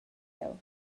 jeu